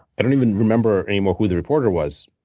i don't even remember anymore who the reporter was.